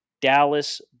Dallas